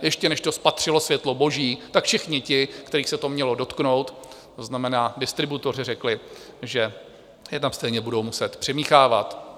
Ještě než to spatřilo světlo boží, tak všichni ti, kterých se to mělo dotknout, to znamená distributoři, řekli, že je tam stejně budou muset přimíchávat.